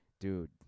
dude